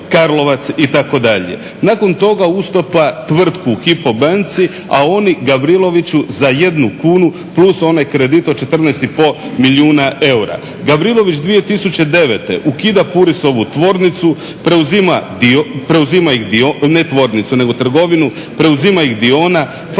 Karlovac itd. nakon toga ustupa tvrtko HYPO banci a oni Gavriloviću za 1 kunu plus onaj kredit od 14,5 milijuna eura. Gavrilović 2009. Ukida Purisovu trgovinu preuzima ih Diona. Farme